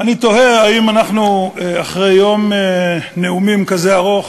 אני תוהה אם אנחנו, אחרי יום נאומים כזה ארוך,